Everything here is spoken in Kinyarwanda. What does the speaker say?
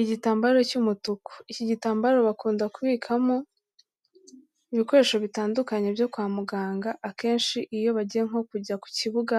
Igitambaro cy'umutuku. Iki gitambaro bakunda kubikamo ibikoresho bitandukanye byo kwa muganga, akenshi iyo bagiye nko kujya ku kibuga,